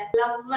love